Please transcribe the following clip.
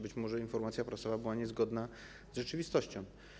Być może informacja prasowa była niezgodna z rzeczywistością.